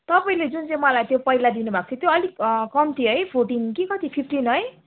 तपाईँले जुन चाहिँ मलाई त्यो पहिला दिनु भएको थियो त्यो अलिक कम्ती है फोर्टिन कि कति फिफ्टिन है